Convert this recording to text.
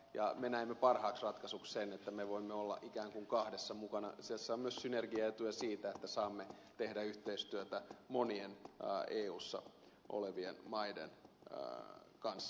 me näimme parhaaksi ratkaisuksi sen että me voimme olla ikään kuin kahdessa mukana jossa on myös synergiaetuja siitä että saamme tehdä yhteistyötä monien eussa olevien maiden kanssa